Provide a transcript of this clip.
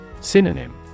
Synonym